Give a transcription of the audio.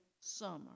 summer